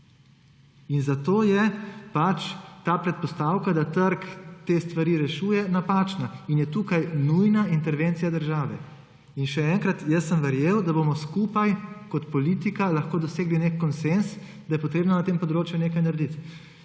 Zato je predpostavka, da trg te stvari rešuje, napačna in je tukaj nujna intervencija države. Še enkrat, jaz sem verjel, da bomo skupaj kot politika lahko dosegli nek konsenz, da je potrebno na tem področju nekaj narediti.